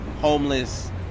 homeless